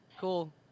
cool